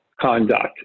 conduct